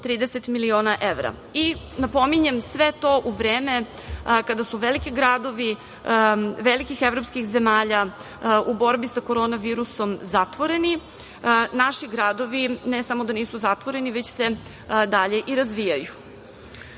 30 miliona evra i napominjem sve to u vreme kada su veliki gradovi velikih evropskih zemalja u borbi sa korona virusom zatvoreni, naši gradovi ne samo da nisu zatvoreni, već se dalje i razvijaju. Želim